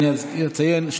אני אציין,